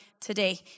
today